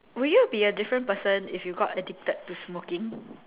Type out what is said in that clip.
will you be a different person if you got addicted to smoking